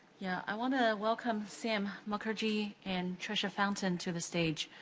yeah. i wanna welcome sam mukherji and trisha fountain to the stage.